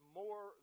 more